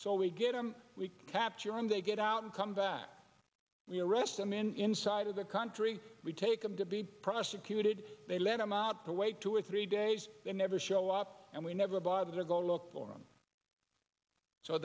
so we get them we capture him they get out and come back we arrest them in side of the country we take him to be prosecuted they let him out the way to a three days they never show up and we never bother to go look for them so